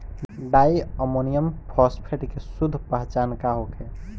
Di ammonium phosphate के शुद्ध पहचान का होखे?